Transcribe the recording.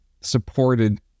supported